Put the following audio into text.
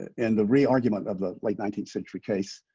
in the reargument of the late nineteenth century case,